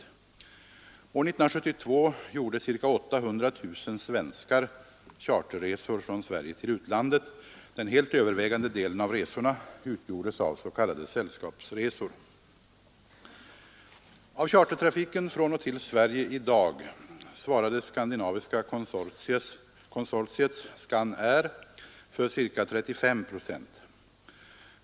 År 1972 gjorde ca 800 000 svenskar charterresor från Sverige till utlandet. Den helt övervägande delen av resorna utgjordes av s.k. sällskapsresor. Av chartertrafiken från och till Sverige i dag svarar det skandinaviska konsortiet Scanair för ca 35 procent.